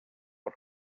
per